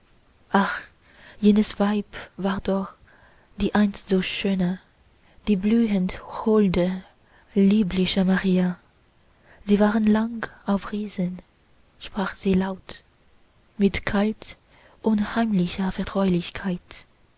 jenes weib war doch die einst so schöne die blühend holde liebliche maria sie waren lang auf reisen sprach sie laut mit kalt unheimlicher vertraulichkeit